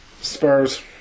Spurs